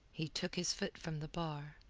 he took his foot from the bar.